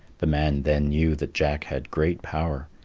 the man then knew that jack had great power,